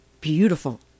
beautiful